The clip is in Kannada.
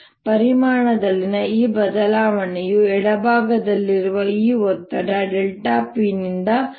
ಪರಿಮಾಣದಲ್ಲಿನ ಈ ಬದಲಾವಣೆಯು ಎಡಭಾಗದಲ್ಲಿರುವ ಈ ಒತ್ತಡದ p ನಿಂದ ಉಂಟಾಗುತ್ತದೆ ಡೆಲ್ಟಾ p ಜೊತೆಗೆ ಡೆಲ್ಟಾ 2 p ಬಲಭಾಗದಲ್ಲಿ